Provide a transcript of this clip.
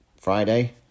Friday